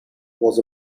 was